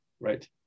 Right